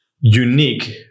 unique